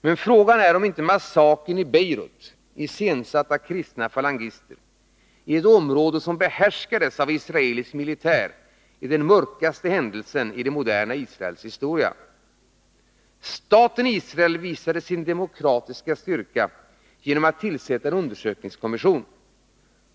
Men frågan är om inte massakern i Beirut — iscensatt av kristna falangister — i ett område som behärskades av israelisk militär är den mörkaste händelsen i det moderna Israels historia. Staten Israel visade sin demokratiska styrka genom att tillsätta en undersökningskommission.